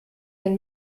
ein